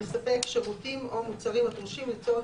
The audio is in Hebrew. המספק שירותים או מוצרים הדרושים לצורך